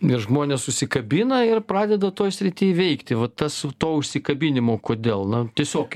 ir žmonės užsikabina ir pradeda toj srity veikti va tas su tuo užsikabinimu kodėl na tiesiog